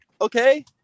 Okay